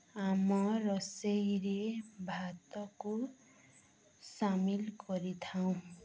ଆମ ରୋଷେଇରେ ଭାତକୁ ସାମିଲ କରିଥାଉ